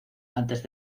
antes